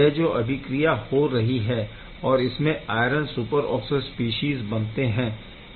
यह जो अभिक्रिया हो रही है और इसमें आयरन सुपरऑक्सो स्पीशीज़ बनते है